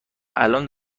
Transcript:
الان